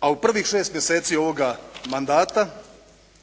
a u prvih 6 mjeseci ovoga mandata,